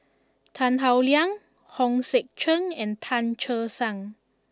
Tan Howe Liang Hong Sek Chern and Tan Che Sang